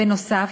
בנוסף,